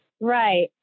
right